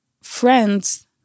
friends